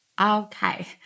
Okay